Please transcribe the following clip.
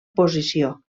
posició